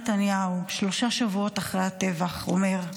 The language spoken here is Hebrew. שלושה שבועות אחרי הטבח ראש הממשלה נתניהו אומר: